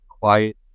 quiet